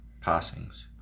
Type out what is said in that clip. passings